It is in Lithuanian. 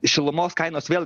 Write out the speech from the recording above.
šilumos kainos vėl